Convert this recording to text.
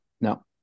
no